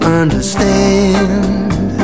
understand